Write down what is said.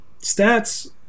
stats